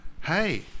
Hey